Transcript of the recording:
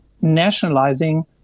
nationalizing